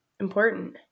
important